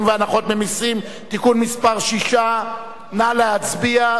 והנחות ממסים) (תיקון מס' 6). נא להצביע,